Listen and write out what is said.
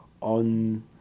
on